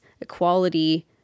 equality